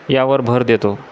यावर भर देतो